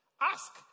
Ask